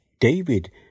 David